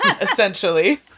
Essentially